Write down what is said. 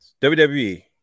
WWE